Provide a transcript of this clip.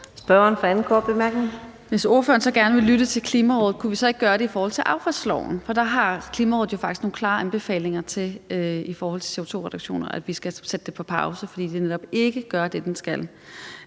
Hvis ordføreren så gerne vil lytte til Klimarådet, kunne man så ikke gøre det i forhold til affaldsloven? For der har Klimarådet jo faktisk nogle klare anbefalinger i forhold til CO2-reduktioner – at vi skal sætte det på pause, fordi den netop ikke gør det, den skal.